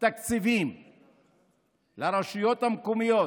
תקציבים לרשויות המקומיות?